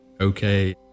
okay